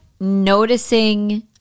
noticing